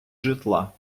житла